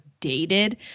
dated